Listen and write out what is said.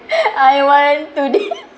I want to di~